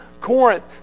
Corinth